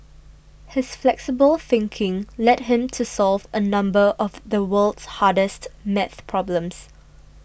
his flexible thinking led him to solve a number of the world's hardest math problems